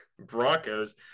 Broncos